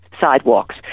sidewalks